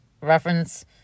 reference